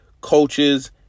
coaches